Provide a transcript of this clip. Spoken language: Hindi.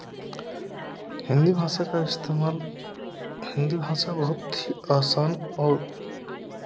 हिंदी भाषा का इस्तेमाल हिंदी भाषा बहुत ही आसान और